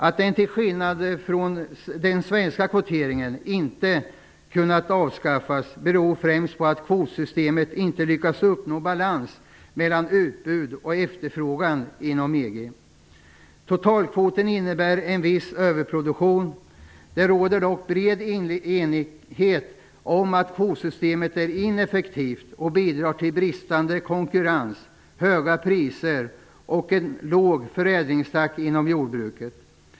Att den till skillnad från den svenska kvoteringen inte har kunnat avskaffas beror främst på att man inte med hjälp av kvotsystemet har lyckats uppnå balans mellan utbud och efterfrågan inom EG. Totalkvoten innebär en viss överproduktion. Det råder dock bred enighet om att kvotsystemet är ineffektivt och bidrar till bristande konkurrens, höga priser och en låg förändringstakt inom jordbruket.